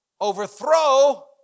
overthrow